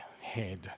head